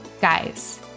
Guys